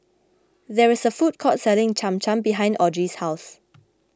there is a food court selling Cham Cham behind Audrey's house